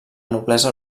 noblesa